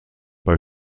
bei